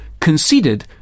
conceded